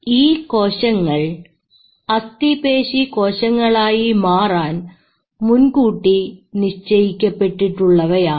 ഈ കോശങ്ങൾ അസ്ഥിപേശി കോശങ്ങളായി മാറാൻ മുൻകൂട്ടി നിശ്ചയിക്കപ്പെട്ടിട്ടുള്ളവയാണ്